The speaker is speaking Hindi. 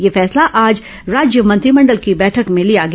यह फैसला आज राज्य मंत्रिमंडल की बैठक में लिया गया